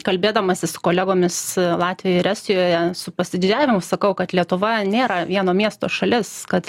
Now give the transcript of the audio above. kalbėdamasis su kolegomis latvijoje ir estijoje su pasididžiavimu sakau kad lietuva nėra vieno miesto šalis kad